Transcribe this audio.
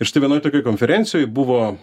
ir štai vienoj tokioj konferencijoj buvo